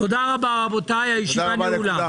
תודה רבה, רבותיי, הישיבה נעולה.